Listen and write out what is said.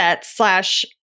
slash